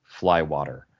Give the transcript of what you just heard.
Flywater